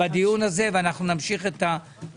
תודה לכל המשתתפים בדיון הזה ונמשיך את הדיון.